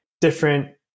different